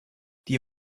die